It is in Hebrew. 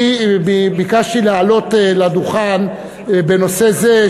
אני ביקשתי לעלות לדוכן בנושא זה,